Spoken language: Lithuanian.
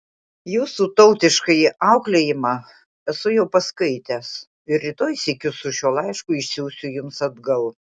jūsų tautiškąjį auklėjimą esu jau paskaitęs ir rytoj sykiu su šiuo laišku išsiųsiu jums atgal